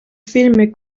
filme